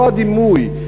לא הדימוי.